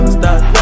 stop